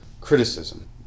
criticism